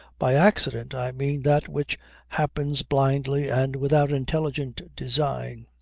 by accident i mean that which happens blindly and without intelligent design.